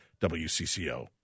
WCCO